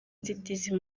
nzitizi